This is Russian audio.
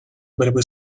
борьбы